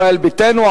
ישראל ביתנו,